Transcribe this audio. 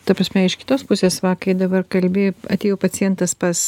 ta prasme iš kitos pusės va kai dabar kalbi atėjo pacientas pas